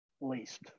least